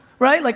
right? like